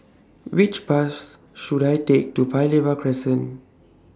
Which Bus should I Take to Paya Lebar Crescent